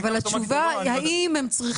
אנחנו רוצים